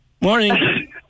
Morning